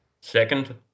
Second